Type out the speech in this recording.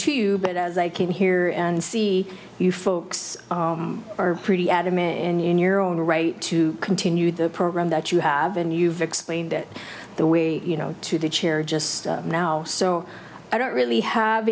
you but as i came here and see you folks are pretty adamant in your own right to continue the program that you have and you've explained it the way you know to the chair just now so i don't really have